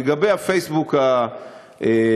לגבי הפייסבוק המשטרתי,